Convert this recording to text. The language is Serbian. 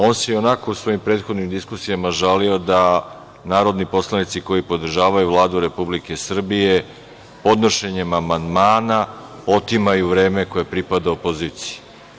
On se ionako u svojim prethodnim diskusijama žalio da narodni poslanici koji podržavaju Vladu Republike Srbije, podnošenjem amandmana, otimaju vreme koje pripada opoziciji.